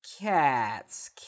Cats